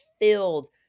filled